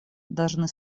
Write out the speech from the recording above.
должны